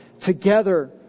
Together